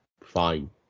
Fine